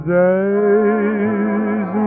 days